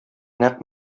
нәкъ